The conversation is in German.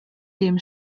dem